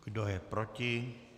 Kdo je proti?